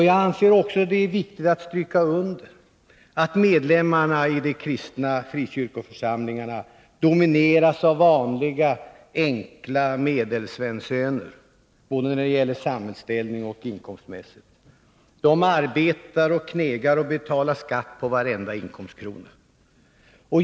Jag anser också att det är viktigt att stryka under att medlemmarna i de kristna frikyrkoförsamlingarna domineras av vanliga enkla Medelsvenssöner — både när det gäller samhällsställning och inkomstmässigt. De arbetar och knegar och betalar skatt på varenda inkomstkrona.